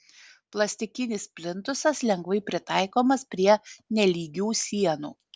plastikinis plintusas lengvai pritaikomas prie nelygių sienų